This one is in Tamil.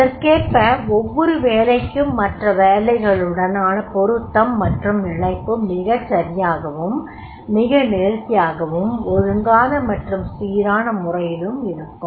அதற்கேற்ப ஒவ்வொரு வேலைக்கும் மற்ற வேலைகளுடனான பொருத்தம் மற்றும் இணைப்பு மிகச் சரியாகவும் மிக நேர்த்தியாகவும் ஒழுங்கான மற்றும் சீரான முறையிலும் இருக்கும்